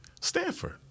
Stanford